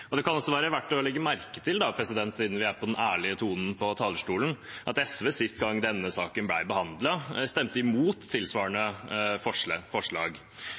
Det kan også være verdt å legge merke til – siden vi er på den ærlige tonen på talerstolen – at SV sist gang denne saken ble behandlet, stemte imot tilsvarende forslag.